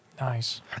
Nice